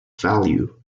value